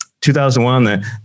2001